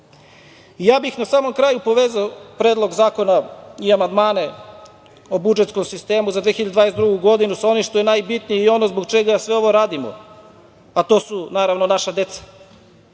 bih na samom kraju povezao predlog zakona i amandmane o budžetskom sistemu za 2022. godinu, sa onim što je najbitnije i ono zbog čega sve ovo radimo, a to su naravno naša deca.